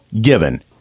given